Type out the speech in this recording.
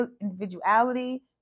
Individuality